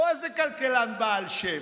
לא איזה כלכלן בעל שם,